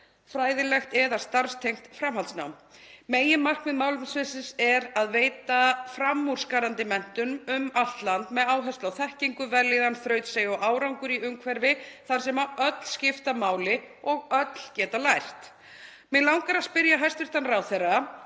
fræðilegt og/eða starfstengt framhaldsnám. Meginmarkmið málefnasviðsins er að veita framúrskarandi menntun um allt land með áherslu á þekkingu, vellíðan, þrautseigju og árangur í umhverfi þar sem öll skipta máli og öll geta lært.“ Mig langar að spyrja hæstv. ráðherra